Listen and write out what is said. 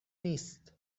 نیست